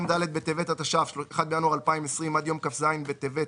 ד' בטבת התש"ף (1 בינואר 2020) עד יום כ"ז בטבת